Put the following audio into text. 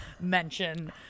mention